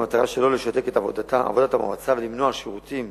ובמטרה שלא לשתק את עבודת המועצה ולמנוע שירותים